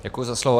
Děkuji za slovo.